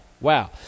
Wow